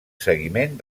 seguiment